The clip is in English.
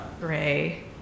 Gray